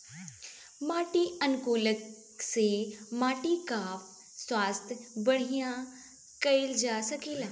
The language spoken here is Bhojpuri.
माटी अनुकूलक से माटी कअ स्वास्थ्य बढ़िया कइल जा सकेला